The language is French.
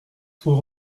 soit